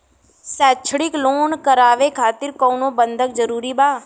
शैक्षणिक लोन करावे खातिर कउनो बंधक जरूरी बा?